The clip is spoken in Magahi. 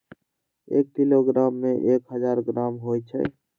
एक किलोग्राम में एक हजार ग्राम होई छई